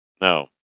No